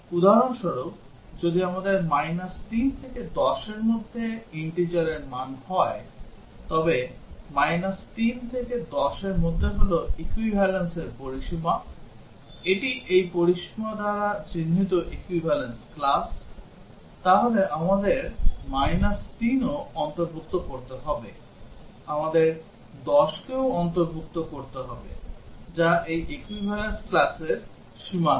উদাহরণস্বরূপ যদি আমাদের 3 থেকে 10 এর মধ্যে integerর মান হয় তবে 3 থেকে 10 এর মধ্যে হল equivalenceর পরিসীমা এটি এই পরিসীমা দ্বারা চিহ্নিত equivalence class তাহলে আমাদের 3 ও অন্তর্ভুক্ত করতে হবে আমাদের 10 কেও অন্তর্ভুক্ত করতে হবে যা এই equivalence classর সীমানা